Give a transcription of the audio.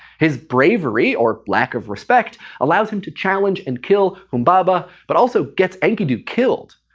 his bravery or lack of respect allows him to challenge and kill humbaba, but also gets enkidu killed.